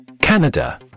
Canada